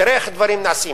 תראה איך הדברים נעשים.